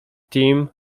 theme